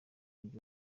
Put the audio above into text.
mujyi